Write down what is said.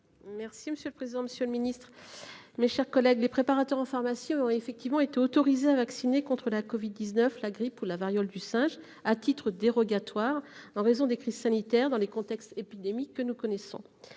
place pendant la pandémie. Quel est l'avis de la commission ? Les préparateurs en pharmacie ont effectivement été autorisés à vacciner contre la covid-19, la grippe ou la variole du singe à titre dérogatoire, en raison des crises sanitaires, dans les contextes épidémiques que nous connaissons.